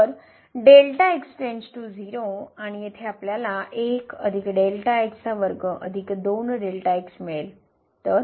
तर → 0 आणि येथे आपल्याला मिळेल तर